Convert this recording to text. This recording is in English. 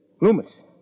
Loomis